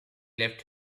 left